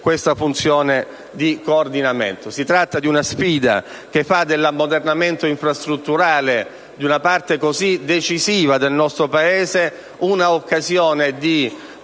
questa funzione di coordinamento. Si tratta di una sfida che fa dell'ammodernamento infrastrutturale di una parte così decisiva del nostro Paese un'occasione di